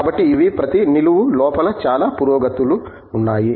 కాబట్టి ఇవి ప్రతి నిలువు లోపల చాలా పురోగతులు ఉన్నాయి